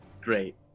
great